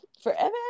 forever